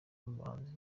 mubahanzi